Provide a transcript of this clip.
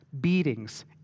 beatings